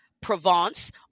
Provence